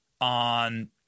on